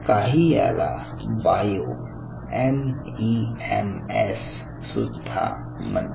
काही याला bio MEMS सुद्धा म्हणतात